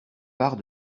part